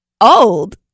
old